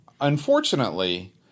Unfortunately